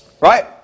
Right